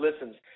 listens